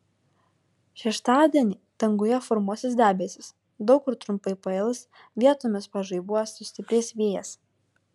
šeštadienį danguje formuosis debesys daug kur trumpai pails vietomis pažaibuos sustiprės vėjas